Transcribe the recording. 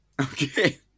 Okay